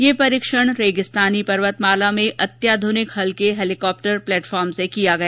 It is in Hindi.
यह परीक्षण रेगिस्तानी पर्वतमाला में अत्याध्रनिक हल्के हेलिकॉप्टर प्लेटफॉर्म ँसे किया गया